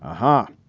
ah huh?